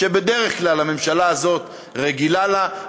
שבדרך כלל הממשלה הזאת רגילה להם,